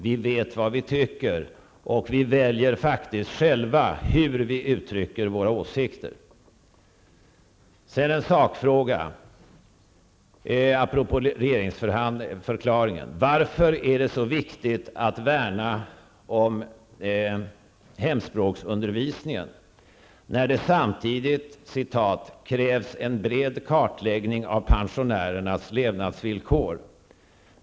Vi vet vad vi tycker, och vi väljer faktiskt själva hur vi uttrycker våra åsikter. Jag vill ta upp en sakfråga apropå regeringsförklaringen. Varför är det så viktigt att värna om hemspråksundervisningen när det samtidigt krävs en bred kartläggning av pensionärernas levnadsvillkor?